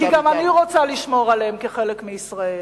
כי אני רוצה לשמור עליהם כחלק מישראל,